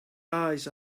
eyes